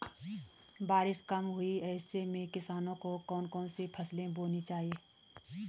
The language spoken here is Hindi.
बारिश कम हुई है ऐसे में किसानों को कौन कौन सी फसलें बोनी चाहिए?